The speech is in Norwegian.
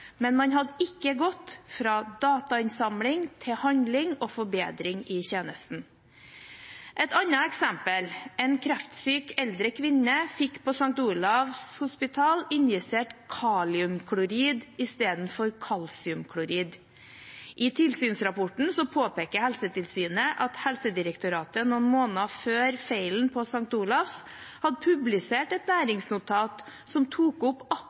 men man hadde ikke gått fra datainnsamling til handling og forbedring i tjenesten. Et annet eksempel: En kreftsyk eldre kvinne fikk på St. Olavs hospital injisert kaliumklorid istedenfor kalsiumklorid. I tilsynsrapporten påpeker Helsetilsynet at Helsedirektoratet noen måneder før feilen på St. Olavs hadde publisert et læringsnotat som tok opp